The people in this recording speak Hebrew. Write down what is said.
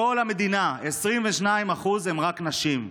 בכל המדינה, רק 22% הם נשים.